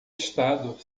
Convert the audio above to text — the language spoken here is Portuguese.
estado